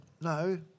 No